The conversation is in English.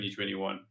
2021